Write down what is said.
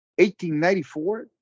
1894